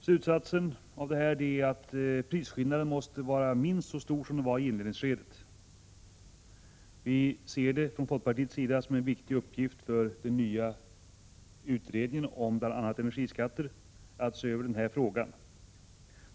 Slutsatsen av detta är att prisskillnaden måste vara minst lika stor som den var i inledningsskedet. Vi ser det från folkpartiets sida som en viktig uppgift för den nya utredningen om bl.a. energiskatter att se över denna fråga.